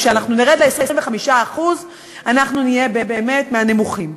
כשאנחנו נרד ל-25% אנחנו נהיה באמת מהנמוכים.